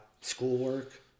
schoolwork